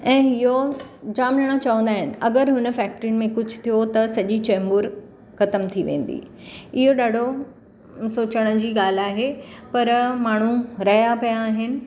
ऐं इहो जामु ॼणा चवंदा आहिनि अगरि हुन फैक्टरी में कुझु थियो त सॼी चेंबूर ख़तमु थी वेंदी इहो ॾाढो सोचण जी ॻाल्हि आहे पर माण्हू रहिया पिया आहिनि